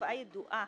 תופעה ידועה